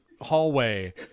hallway